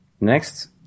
Next